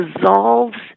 dissolves